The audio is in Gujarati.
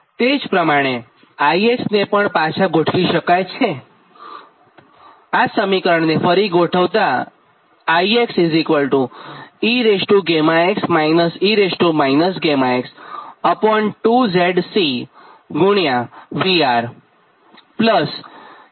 તે જ પ્રમાણે I ને પણ પાછા ગોઠવી શકાય છેઆ સમીકરણને ફરી ગોઠવતાં I ex e γx2ZC 𝑉𝑅 exe γx2 𝐼𝑅 લખી શકાય